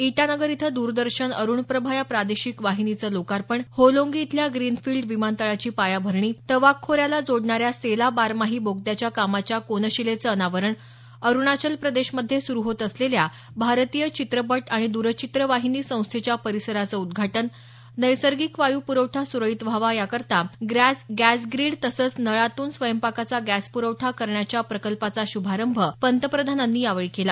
ईटानगर इथं दरदर्शन अरुण प्रभा या प्रादेशिक वाहिनीचं लोकार्पण होलोंगी इथल्या ग्रीनफील्ड विमानतळाची पायाभरणी तवाग खोऱ्याला जोडणाऱ्या सेला बारमाही बोगद्याच्या कामाच्या कोनशिलेचं अनावरण अरुणाचल प्रदेशमध्ये सुरु होत असलेल्या भारतीय चित्रपट आणि द्रचित्रवाहिनी संस्थेच्या परिसराचं उद्घाटन नैसर्गिक वायू प्रवठा सुरळीत रहावा याकरता गॅस ग्रिड तसंच नळातून स्वयंपाकाचा गॅसप्रवठा करण्याचा प्रकल्पाचा श्भारंभ पंतप्रधानांनी यावेळी केला